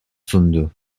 sundu